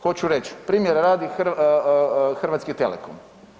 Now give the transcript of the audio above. Hoću reć, primjera radi, Hrvatski telekom.